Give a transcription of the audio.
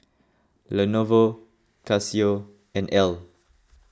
Lenovo Casio and Elle